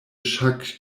chaque